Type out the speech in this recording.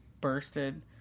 bursted